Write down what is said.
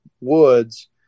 woods